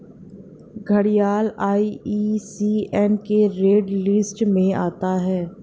घड़ियाल आई.यू.सी.एन की red list में आता है